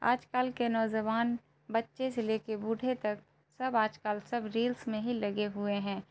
آج کال کے نوجوان بچے سے لے کے بوڑھے تک سب آج کال سب ریلز میں ہی لگے ہوئے ہیں